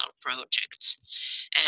projects